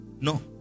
No